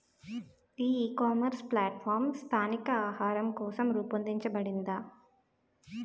ఈ ecommerce platform స్థానిక ఆహారం కోసం రూపొందించబడిందా?